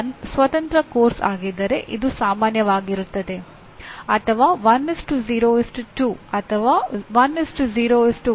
ಈ ಪಠ್ಯಕ್ರಮದ ವಿನ್ಯಾಸ ಪ್ರಕ್ರಿಯೆಯು ಮೊದಲನೆಯ ಪಾಠದ ಜ್ಞಾನವನ್ನು ಊಹಿಸುತ್ತದೆ ಮತ್ತು ಪಠ್ಯಕ್ರಮವನ್ನು ಎಡಿಡಿಐಇ ಮಾದರಿ 5 ಹಂತಗಳನ್ನು ಹೊಂದಿದೆ